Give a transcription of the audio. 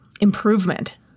improvement